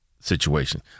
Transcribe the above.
situation